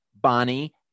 Bonnie